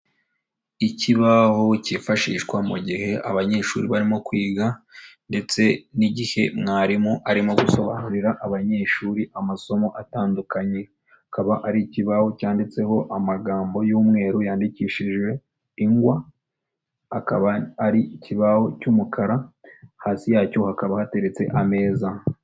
Ikibaho cyifashishwa mu gihe abanyeshuri barimo kwiga ndetse n'igihe mwarimu arimo gusobanurira abanyeshuri amasomo atandukanye, akaba ari ikibaho cyanditseho amagambo y'umweru yandikishijwe ingwa, akaba ari ikibaho cy'umukara, hasi yacyo hakaba hateretse ameza.